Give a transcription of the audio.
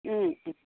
ও